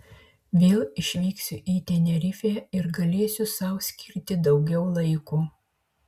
vėl išvyksiu į tenerifę ir galėsiu sau skirti daugiau laiko